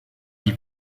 die